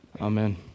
Amen